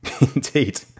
Indeed